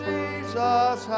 Jesus